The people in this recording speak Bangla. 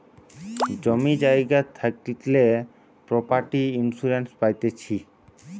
জমি জায়গা থাকলে প্রপার্টি ইন্সুরেন্স পাইতিছে